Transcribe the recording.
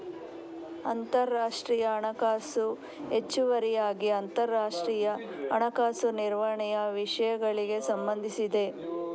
ಅಂತರರಾಷ್ಟ್ರೀಯ ಹಣಕಾಸು ಹೆಚ್ಚುವರಿಯಾಗಿ ಅಂತರರಾಷ್ಟ್ರೀಯ ಹಣಕಾಸು ನಿರ್ವಹಣೆಯ ವಿಷಯಗಳಿಗೆ ಸಂಬಂಧಿಸಿದೆ